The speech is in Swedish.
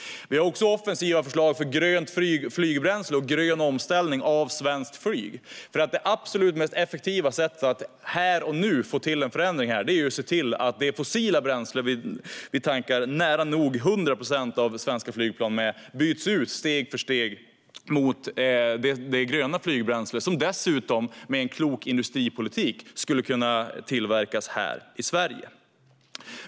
Vi har också offensiva förslag för grönt flygbränsle och grön omställning av svenskt flyg. Det absolut mest effektiva sättet att här och nu få till en förändring är nämligen att se till att det fossila bränsle som vi tankar nära nog 100 procent av svenska flygplan med steg för steg byts ut mot det gröna flygbränsle som med en klok industripolitik dessutom skulle kunna tillverkas här i Sverige.